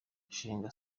gushinga